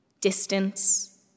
distance